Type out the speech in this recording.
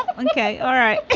ok. all right